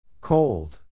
Cold